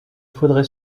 faudrait